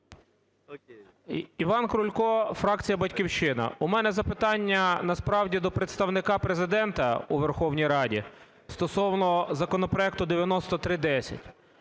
Іван Крулько, фракція "Батьківщина". У мене запитання насправді до Представника Президента у Верховній Раді стосовно законопроекту 9310.